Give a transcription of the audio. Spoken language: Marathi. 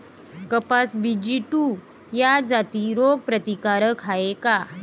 कपास बी.जी टू ह्या जाती रोग प्रतिकारक हाये का?